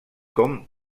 com